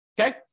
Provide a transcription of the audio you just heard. okay